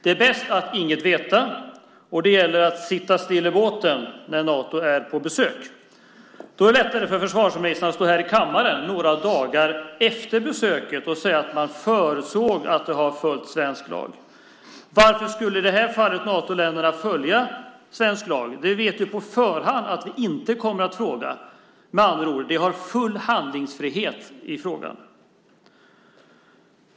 Det är bäst att inget veta, och det gäller att sitta still i båten när Nato är på besök. Då är det lättare för försvarsministern att stå här i kammaren några dagar efter besöket och säga att man förutsatte att man skulle följa svensk lag. Varför skulle i det här fallet Natoländerna följa svensk lag? De vet på förhand att vi inte kommer att fråga. Med andra ord har de full handlingsfrihet i frågan.